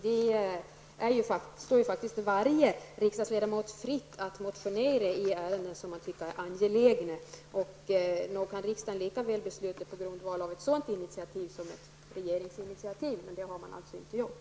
Det står faktiskt varje riksdagsledamot fritt att motionera om ärenden som man tycker är angelägna. Nog kan riksdagen lika väl besluta på grundval av ett sådant initiativ som sin på grundval av ett regeringsinitiativ. Men något sådant initiativ har inte tagits.